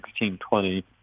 1620